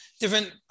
Different